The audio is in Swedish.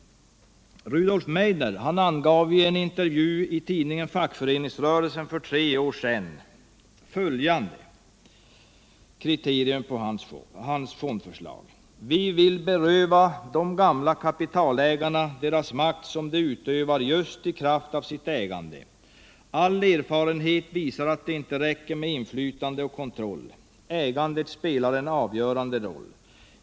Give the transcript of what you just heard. Rudoif Meidner sade i en intervju i tidningen Fackföreningsrörelsen för tre år sedan följande om sitt fondförslag: "Vi vill beröva de gamla kapitalägarna deras makt, som de utövar just i kraft av sitt ägande. All erfarenhet visar att det inte räcker med inflytande och kontroll. Ägandet spelar en avgörande roll.